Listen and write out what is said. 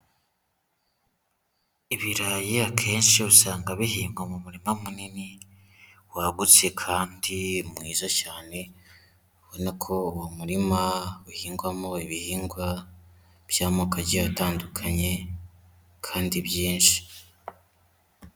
Ibirayi akenshi usanga bihingwa mu murima munini, wagutse kandi mwiza cyane, ubona ko uwo murima uhingwamo ibihingwa by'amoko agiye atandukanye kandi byinshi.